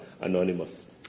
Anonymous